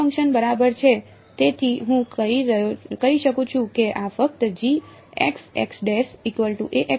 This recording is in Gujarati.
લીનિયર ફંક્શન બરાબર છે તેથી હું કહી શકું છું કે આ ફક્ત સાચું છે